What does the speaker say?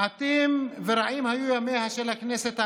מעטים ורעים היו ימיה של הכנסת העשרים-ושלוש,